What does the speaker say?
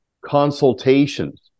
consultations